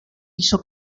hizo